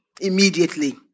immediately